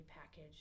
package